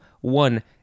one